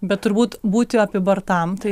bet turbūt būti apibartam tai